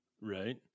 right